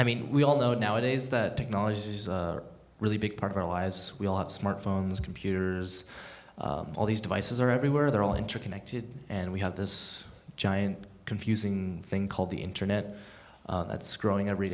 i mean we all know nowadays that technology is a really big part of our lives we all have smartphones computers all these devices are everywhere they're all interconnected and we have this giant confusing thing called the internet that's growing every